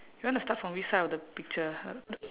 you wanna start from which side of the picture